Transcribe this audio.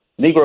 Negro